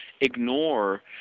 ignore